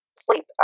sleep